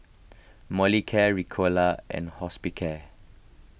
Molicare Ricola and Hospicare